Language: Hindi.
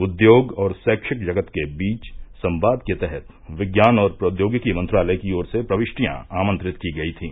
उद्योग और रैक्षिक जगत के बीच संवाद के तहत विज्ञान और प्रौद्योगिकी मंत्रालय की ओर से प्रविष्टियां आमंत्रित की गई थीं